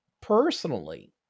personally